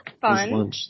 fun